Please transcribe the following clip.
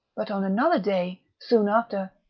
but on another day, soon after,